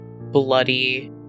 bloody